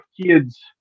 kids